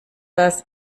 das